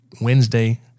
wednesday